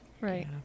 Right